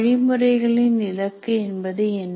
வழிமுறைகளின் இலக்கு என்பது என்ன